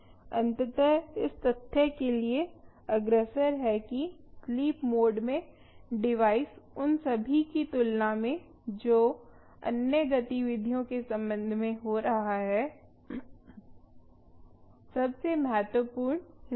अंततः इस तथ्य के लिए अग्रसर है कि स्लीप मोड में डिवाइस उन सभी की तुलना में जो अन्य गतिविधियों के संबंध में हो रहा है सबसे महत्वपूर्ण हिस्सा है